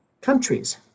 countries